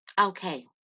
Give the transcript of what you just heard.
Okay